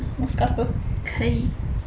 可以